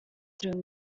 through